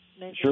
Sure